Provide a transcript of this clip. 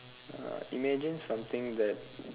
uh imagine something that